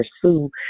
pursue